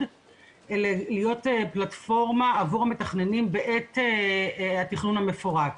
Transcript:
להיות פלטפורמה עבור המתכננים בעת התכנון המפורט,